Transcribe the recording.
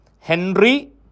Henry